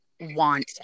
want